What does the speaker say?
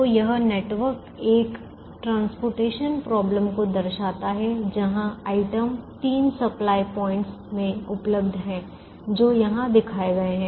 तो यह नेटवर्क एक परिवहन समस्या को दर्शाता है जहां वस्तु तीन सप्लाय पॉइंटस में उपलब्ध है जो यहां दिखाए गए हैं